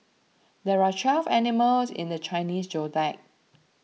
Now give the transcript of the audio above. there are twelve animals in the Chinese zodiac